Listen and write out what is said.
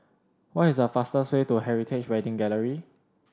what is the fastest way to Heritage Wedding Gallery